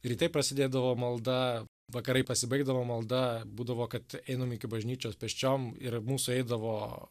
rytai prasidėdavo malda vakarai pasibaigdavo malda būdavo kad einam iki bažnyčios pėsčiom ir mūsų eidavo